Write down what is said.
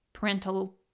parental